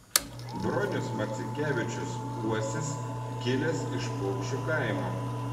bronius marcinkevičius uosis kilęs iš paukščių kaimo